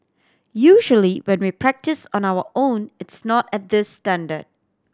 usually when we practise on our own it's not at this standard